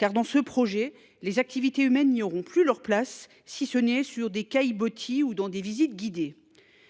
En effet, dans ce projet, les activités humaines n’auront plus leur place, si ce n’est sur des caillebotis ou lors de visites guidées…